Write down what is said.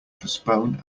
postpone